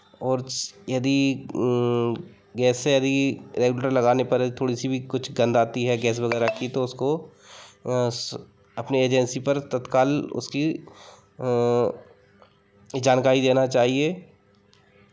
और यदि गैस से यदि रेगुलेटर लगाने पर थोड़ी सी भी कुछ गंध आती है गैस वगैरह की तो उसको अपने एजेंसी पर तत्काल उसकी जानकारी देना चाहिए